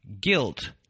guilt